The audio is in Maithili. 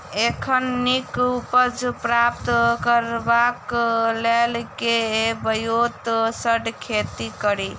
एखन नीक उपज प्राप्त करबाक लेल केँ ब्योंत सऽ खेती कड़ी?